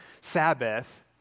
Sabbath